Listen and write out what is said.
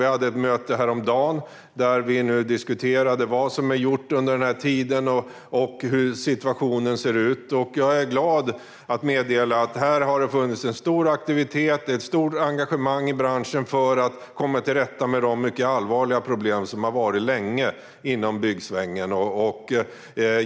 Vi hade ett möte häromdagen där vi diskuterade vad som har gjorts under den här tiden och hur situationen ser ut. Jag är glad att kunna meddela att det har funnits en stor aktivitet och ett stort engagemang i branschen för att komma till rätta med de mycket allvarliga problem som har funnits länge inom byggsvängen.